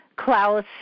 Klaus